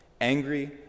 Angry